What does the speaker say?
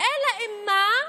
אלא אם מה?